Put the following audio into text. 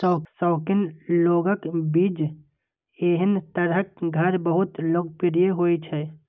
शौकीन लोगक बीच एहन तरहक घर बहुत लोकप्रिय होइ छै